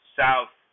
south